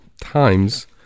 times